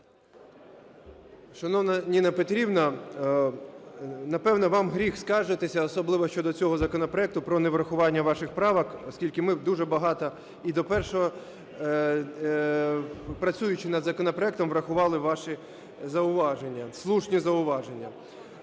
Шановна Ніна Петрівна, напевне, вам гріх скаржитися, особливо щодо цього законопроекту, про неврахування ваших правок, оскільки ми дуже багато і до першого… працюючи над законопроектом, врахували ваші зауваження, слушні зауваження.